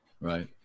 Right